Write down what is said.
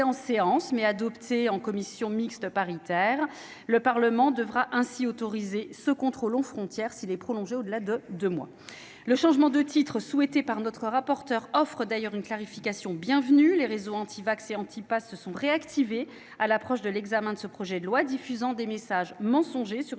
été repris par la commission mixte paritaire. Le Parlement devra ainsi autoriser ce contrôle aux frontières, s'il est prolongé au-delà de deux mois. Le changement de titre, souhaité par notre rapporteur, offre par ailleurs une clarification bienvenue. Les réseaux antivax et antipasse se sont réactivés à l'approche de l'examen de ce projet de loi, diffusant des messages mensongers sur